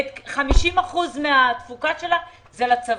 50 אחוזים מהתפוקה שלה לצבא,